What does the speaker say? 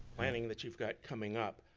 planning that you've got coming up.